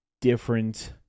different